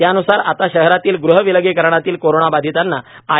त्यान्सार आता शहरातील गृह विलगीकरणातील कोरोनाबाधितांना आय